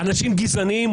אנשים גזענים,